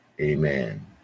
Amen